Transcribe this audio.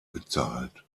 bezahlt